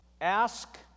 Ask